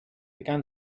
began